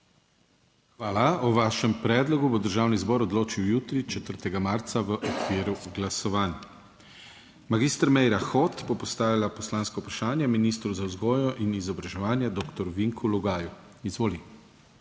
Hvala. O vašem predlogu bo Državni zbor odločil jutri, 4. marca, v okviru glasovanj. Mag. Meira Hot bo postavila poslansko vprašanje ministru za vzgojo in izobraževanje dr. Vinku Logaju. Izvoli.